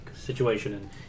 situation